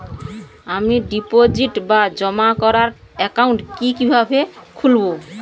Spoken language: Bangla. আমি ডিপোজিট বা জমা করার একাউন্ট কি কিভাবে খুলবো?